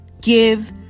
give